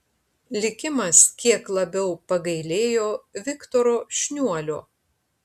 likimas kiek labiau pagailėjo viktoro šniuolio